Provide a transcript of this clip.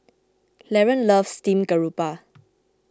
Laron loves Steamed Garoupa